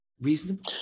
reasonable